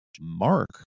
mark